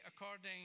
according